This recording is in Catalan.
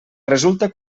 resulta